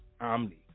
Omni